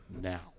now